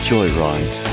Joyride